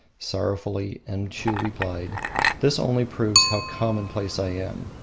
sorrowfully enshiu replied this only proves how commonplace i am.